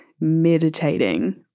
meditating